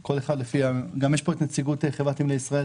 יש כאן גם נציגים של חברת נמלי ישראל,